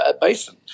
Basin